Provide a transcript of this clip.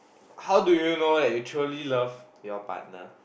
how do you know that you truly love your partner